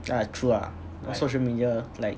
yeah true lah social media like